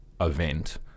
event